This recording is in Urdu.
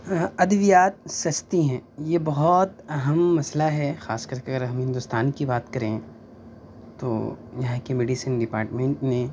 ادویات سستی ہیں یہ بہت اہم مسئلہ ہے خاص کر کے اگر ہم ہندوستان کی بات کریں تو یہاں کی میڈسین ڈماٹمینٹ نے